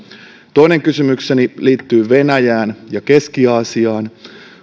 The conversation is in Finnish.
toinen kysymykseni liittyy venäjään ja keski aasiaan